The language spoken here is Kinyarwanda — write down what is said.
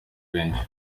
benshi